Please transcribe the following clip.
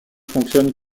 fonctionnent